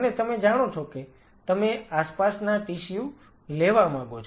અને તમે જાણો છો કે તમે આસપાસના ટીસ્યુ લેવા માંગો છો